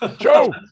Joe